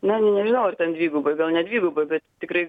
na nežinau ar ten dvigubai gal ne dvigubai bet tikrai